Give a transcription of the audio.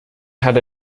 had